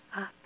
up